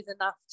enough